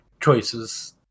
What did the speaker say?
choices